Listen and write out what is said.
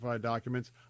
documents